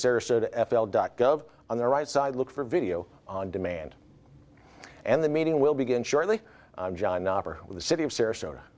sarasota f l dot gov on the right side look for video on demand and the meeting will begin shortly with the city of sarasota